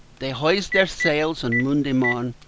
they hoysed their sails an moneday morn,